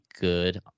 good